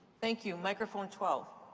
thank you. microphone twelve.